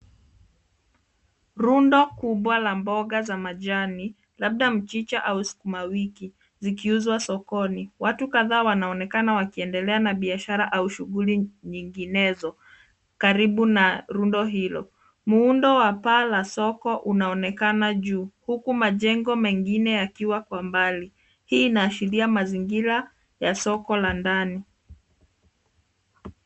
Rundo kubwa la mboga za majani, labda mchicha au sukuma wiki, zikiuzwa sokoni. Watu kadhaa wanaonekana wakiendelea na biashara au shughuli nyinginezo karibu na rundo hilo. Muundo wa paa la soko unaonekana juu huku majengo mengine yakiwa mbali. Hii inaashiria mazingira ya soko la ndani.